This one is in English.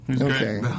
Okay